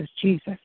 Jesus